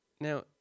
Now